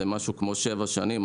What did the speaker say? זה משהו כמו שבע שנים,